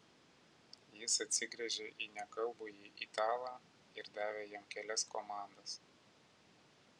jis atsigręžė į nekalbųjį italą ir davė jam kelias komandas